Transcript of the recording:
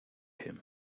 him